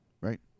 Right